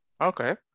Okay